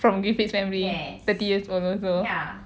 from griffiths primary ah thirty years old also